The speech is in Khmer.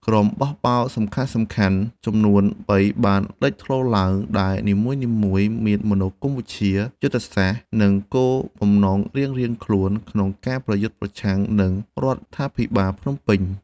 ក្រុមបះបោរសំខាន់ៗចំនួនបីបានលេចធ្លោឡើង ដែលនីមួយៗមានមនោគមវិជ្ជា យុទ្ធសាស្ត្រ និងគោលបំណងរៀងៗខ្លួនក្នុងការប្រយុទ្ធប្រឆាំងនឹងរដ្ឋាភិបាលភ្នំពេញ។